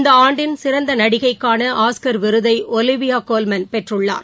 இந்த ஆண்டின் சிறந்த நடிகைக்கான ஆஸ்கார் விருதை ஒலிவியா கோஸ்மன் பெற்றுள்ளார்